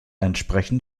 entsprechend